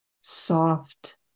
soft